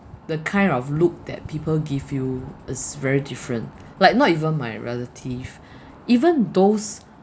the kind of look that people give you is very different like not even my relative even those